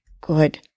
Good